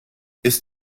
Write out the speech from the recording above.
ist